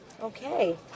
Okay